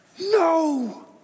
No